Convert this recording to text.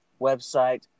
website